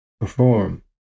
perform